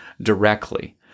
directly